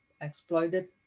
exploited